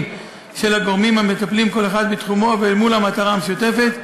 של הגורמים המטפלים כל אחד בתחומו ואל מול המטרה המשותפת,